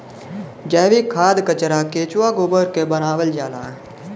जैविक खाद कचरा केचुआ गोबर क बनावल जाला